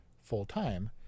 full-time